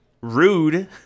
rude